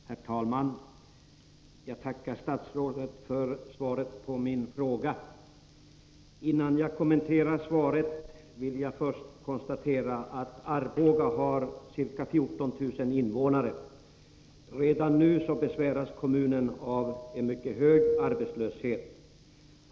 Herr talman! Jag tackar statsrådet för svaret på min fråga. Innan jag kommenterar svaret vill jag konstatera att Arboga kommun har ca 14 000 invånare. Redan nu besväras kommunen av en mycket hög arbetslöshet.